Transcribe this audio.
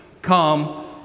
come